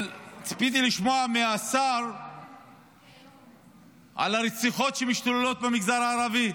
אבל ציפיתי לשמוע מהשר על הרציחות שמשתוללות במגזר הערבי.